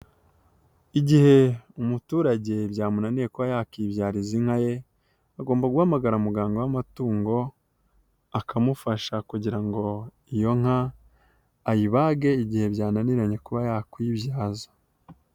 Igihe umuturage byamunaniye kuba yakibyariza inka ye agomba guhamagara muganga w'amatungo akamufasha kugira ngo iyo nka ayibage igihe byananiranye kuba yakwibyaza.